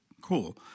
Cool